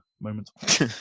moment